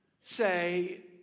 say